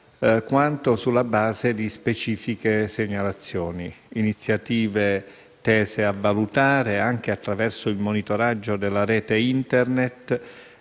quanto sulla base di specifiche segnalazioni, con iniziative tese a valutare, anche attraverso il monitoraggio della rete Internet,